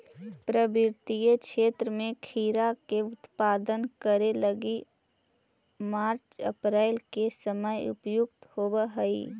पर्वतीय क्षेत्र में खीरा के उत्पादन करे लगी मार्च अप्रैल के समय उपयुक्त होवऽ हई